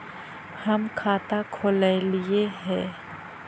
हम खाता खोलैलिये हे?